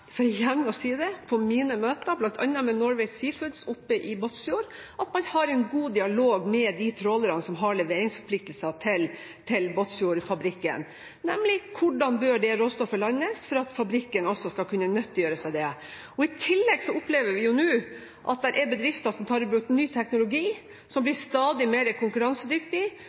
for igjen å si det – på mine møter bl.a. med Norway Seafoods i Båtsfjord at man har en god dialog med de trålerne som har leveringsforpliktelser til Båtsfjord-fabrikken, nemlig om hvordan det råstoffet bør landes for at fabrikken skal kunne nyttiggjøre seg det. I tillegg opplever vi nå at det er bedrifter som tar i bruk ny teknologi, som blir stadig mer konkurransedyktig,